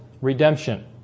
redemption